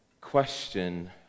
question